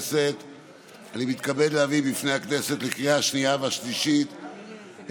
מתן פתרון מיידי לזוגות לפני הנישואים שנמנע מהם